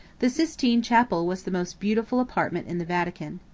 the sistine chapel was the most beautiful apartment in the vatican.